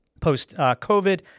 post-COVID